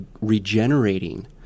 regenerating